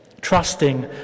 trusting